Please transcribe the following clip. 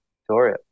Victoria